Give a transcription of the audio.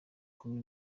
kumi